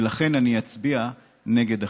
ולכן אני אצביע נגד החוק.